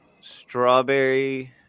Strawberry